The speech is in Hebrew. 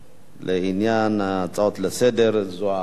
לעניין הצעות לסדר-היום זו האחרונה.